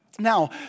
Now